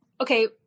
okay